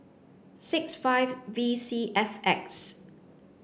six five V C F X